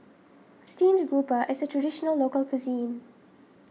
Steamed Grouper is a Traditional Local Cuisine